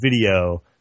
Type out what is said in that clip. video